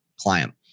client